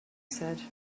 said